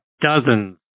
dozens